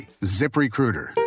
ZipRecruiter